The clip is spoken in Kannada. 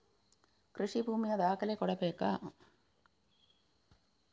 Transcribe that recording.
ಕೃಷಿ ಭೂಮಿಯ ದಾಖಲೆ ಕೊಡ್ಬೇಕಾ?